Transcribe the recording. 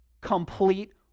Complete